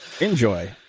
Enjoy